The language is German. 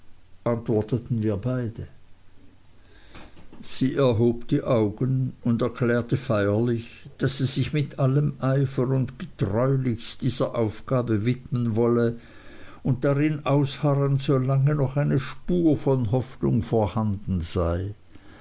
antworteten wir beide sie erhob die augen und erklärte feierlich daß sie sich mit allem eifer und getreulichst dieser aufgabe widmen wolle und darin ausharren solange noch eine spur von hoffnung vorhanden sei